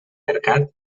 mercat